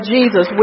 Jesus